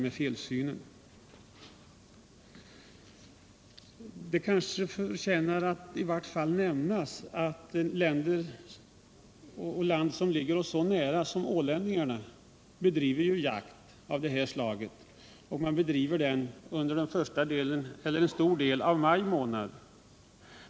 Det förtjänar att i vart fall nämnas att man i andra länder bedriver jakt av det här slaget. Ålänningarna, som ju bor nära oss, bedriver sådan här jakt under en stor del av maj månad.